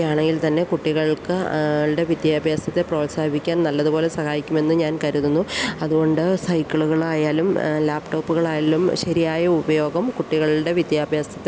ണെങ്കിൽത്തന്നെ കുട്ടികൾക്ക് ൾടെ വിദ്യാഭ്യാസത്തെ പ്രോത്സാഹിപ്പിക്കാൻ നല്ലതുപോലെ സഹായിക്കുമെന്നു ഞാൻ കരുതുന്നു അതുകൊണ്ട് സൈക്കിളുകളായാലും ലാപ്ടോപ്പുകളായാലും ശരിയായ ഉപയോഗം കുട്ടികളുടെ വിദ്യാഭ്യാസത്തെ